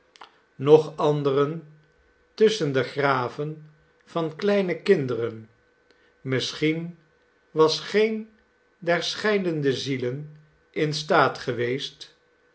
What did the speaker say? nog anderen tusschen de graven van kleine kinderen misschien was geen der scheidende zielen in staat geweest